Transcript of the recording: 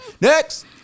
next